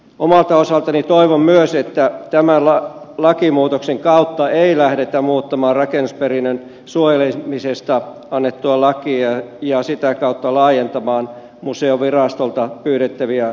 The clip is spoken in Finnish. omalta osaltani toivon myös että tämän lakimuutoksen kautta ei lähdetä muuttamaan rakennusperinnön suojelemisesta annettua lakia ja sitä kautta laajentamaan museovirastolta pyydettäviä lausuntovelvoitteita